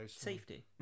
safety